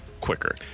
quicker